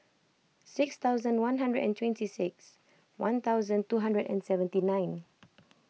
six thousand one hundred and twenty six one thousand two hundred and seventy nine